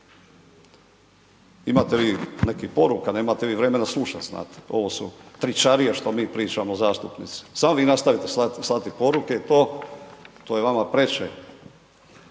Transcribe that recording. Imate vi nekih poruka, nemate vi vremena slušati znate, ovo su tričarije što mi pričamo zastupnici, samo vi nastavite slati poruke i to, to je vama preče.